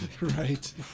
right